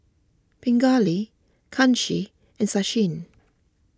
Pingali Kanshi and Sachin